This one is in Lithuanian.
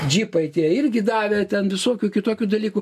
džipai tie irgi davė ten visokių kitokių dalykų